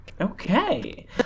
Okay